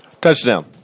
Touchdown